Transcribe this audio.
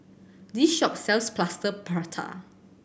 this shop sells Plaster Prata